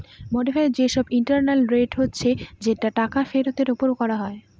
modified যে সব internal rate হচ্ছে যেটা টাকা ফেরতের ওপর করা হয়